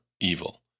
evil